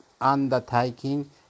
undertaking